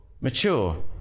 mature